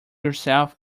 yourself